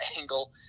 angle